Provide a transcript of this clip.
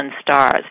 stars